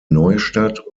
neustadt